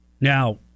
Now